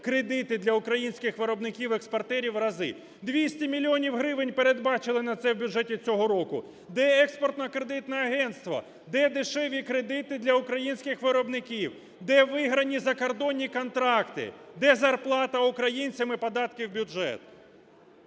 кредити для українських виробників, експортерів в рази. 200 мільйонів гривень передбачили на це в бюджеті цього року. Де Експортно-кредитне агентство? Де дешеві кредити для українських виробників? Де виграні закордонні контракти? Де зарплата українцям і податки в бюджет?